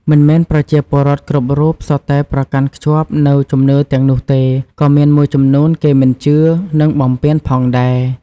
មិនមែនប្រជាពលរដ្ឋគ្រប់រូបសុទ្ធតែប្រកាន់ខ្ជាប់នូវជំនឿទាំងនោះទេ ក៏មានមួយចំនួនគេមិនជឿ និងបំពានផងដែរ។